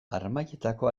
harmailetako